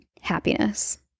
happiness